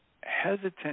hesitant